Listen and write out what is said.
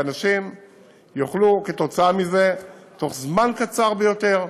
ואנשים יוכלו בתוך זמן קצר ביותר,